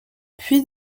puits